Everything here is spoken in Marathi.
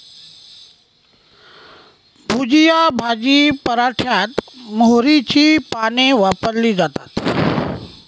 भुजिया भाजी पराठ्यात मोहरीची पाने वापरली जातात